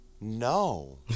No